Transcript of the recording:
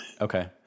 Okay